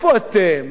איפה אתם?